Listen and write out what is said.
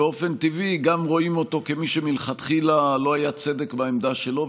באופן טבעי גם רואים אותו כמי שמלכתחילה לא היה צדק בעמדה שלו,